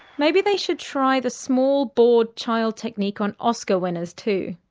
maybe they should try the small bored child technique on oscar winners too.